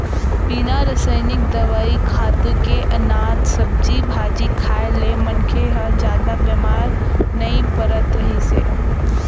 बिन रसइनिक दवई, खातू के अनाज, सब्जी भाजी खाए ले मनखे ह जादा बेमार नइ परत रहिस हे